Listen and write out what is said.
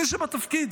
מי שבתפקיד.